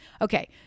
Okay